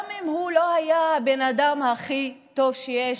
גם אם הוא לא היה הבן אדם הכי טוב שיש,